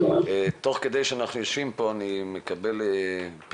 תוך כדי שאנחנו יושבים פה, אני מקבל פנייה.